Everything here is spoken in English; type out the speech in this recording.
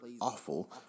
awful